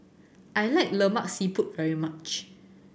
I like Lemak Siput very much